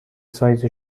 سایز